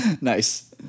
Nice